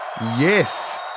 Yes